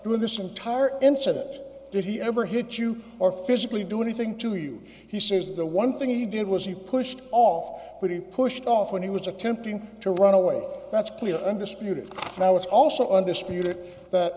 through this entire incident did he ever hit you or physically do anything to you he says the one thing he did was he pushed off but he pushed off when he was attempting to run away that's clear undisputed now it's also undisputed that